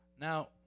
Now